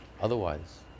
otherwise